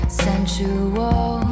sensual